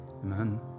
amen